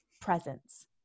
presence